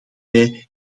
wij